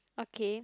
okay